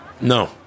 No